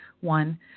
one